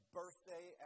birthday